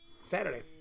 Saturday